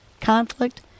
conflict